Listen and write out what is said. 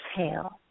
exhale